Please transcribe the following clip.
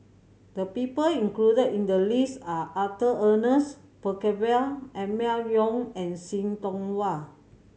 the people included in the list are Arthur Ernest Percival Emma Yong and See Tiong Wah